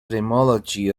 etymology